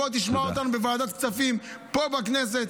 תבוא, תשמע אותנו בוועדת הכספים פה בכנסת.